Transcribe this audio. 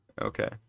Okay